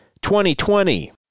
2020